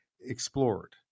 explored